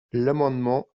l’amendement